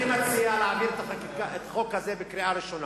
אני מציע להעביר את החוק הזה לקריאה ראשונה,